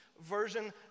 version